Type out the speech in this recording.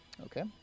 Okay